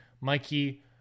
Mikey